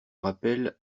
rappelle